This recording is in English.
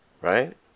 Right